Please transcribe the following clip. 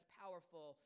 powerful